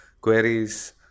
queries